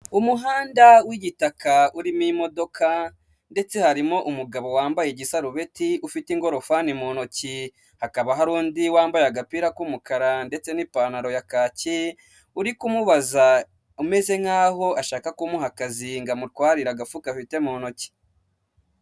Umuhanda w'igitaka urimo imodoka ndetse harimo umugabo wambaye igisarubeti, ufite ingorofani mu ntoki, hakaba hari undi wambaye agapira k'umukara ndetse n'ipantaro ya kaki, uri kumubaza umeze nkaho ashaka kumuha akazi ngo amutwarira agafu gafite mu ntoki.